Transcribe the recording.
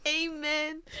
Amen